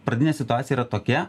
pradinė situacija yra tokia